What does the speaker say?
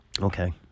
Okay